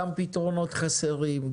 גם פתרונות חסרים,